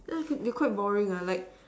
they quite boring ah yeah like